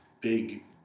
big